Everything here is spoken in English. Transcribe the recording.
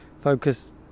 focus